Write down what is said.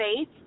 faith